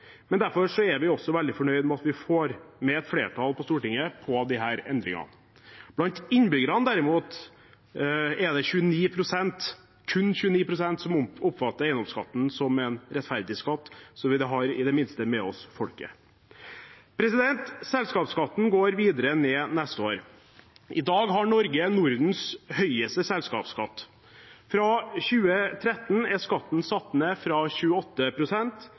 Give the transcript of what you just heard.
men derfor er vi også veldig fornøyd med at vi får med et flertall på Stortinget på disse endringene. Blant innbyggerne er det kun 29 pst. som oppfatter eiendomsskatten som en rettferdig skatt, så vi har i det minste med oss folket. Selskapsskatten går videre ned neste år. I dag har Norge Nordens høyeste selskapsskatt. Fra 2013 er skatten satt ned fra